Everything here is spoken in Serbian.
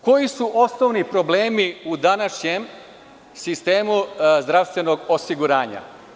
Koji su osnovni problemi u današnjem sistemu zdravstvenog osiguranja?